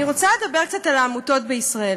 אני רוצה לדבר קצת על העמותות בישראל.